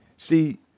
See